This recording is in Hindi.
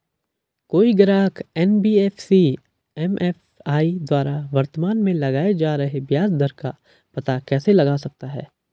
कोई ग्राहक एन.बी.एफ.सी एम.एफ.आई द्वारा वर्तमान में लगाए जा रहे ब्याज दर का पता कैसे लगा सकता है?